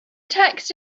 text